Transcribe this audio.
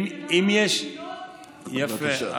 ישבתי על התוכניות ולמדתי, יפה.